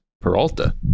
Peralta